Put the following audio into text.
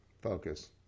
Focus